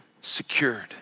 secured